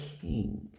King